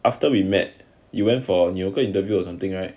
after we met you went for 你有一个 interview or something right